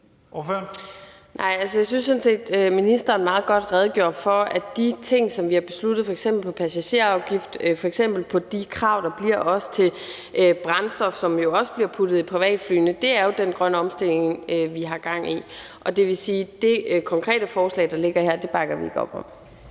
Jeg synes sådan set, at ministeren redegjorde meget godt for, at de ting, som vi har besluttet, f.eks. passagerafgiften og de kommende krav til brændsler, som også bliver puttet i privatflyene, jo er den grønne omstilling, vi har gang i. Det vil sige, at det konkrete forslag, der ligger her, bakker vi ikke op om.